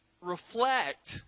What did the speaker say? Reflect